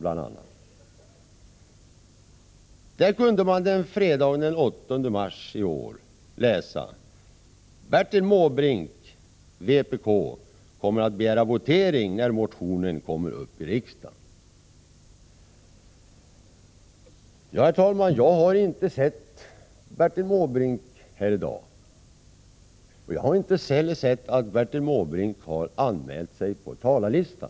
Fredagen den 8 mars i år kunde man läsa följande: ”Bertil Måbrink, vpk, kommer att begära votering när motionen kommer upp i riksdagen.” Herr talman! Jag har inte sett Bertil Måbrink här i dag, och jag har inte heller sett att Bertil Måbrink har anmält sig på talarlistan.